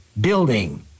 building